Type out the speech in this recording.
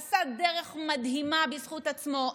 עשה דרך מדהימה בזכות עצמו,